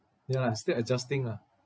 ya lah still adjusting ah